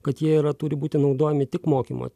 kad jie yra turi būti naudojami tik mokymo